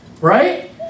Right